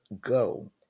go